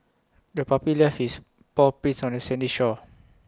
the puppy left its paw prints on the sandy shore